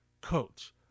coach